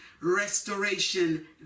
Restoration